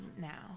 now